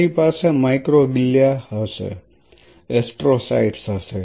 તમારી પાસે microglia હશે એસ્ટ્રોસાઇટ્સ હશે